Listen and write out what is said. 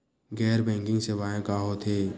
गैर बैंकिंग सेवाएं का होथे?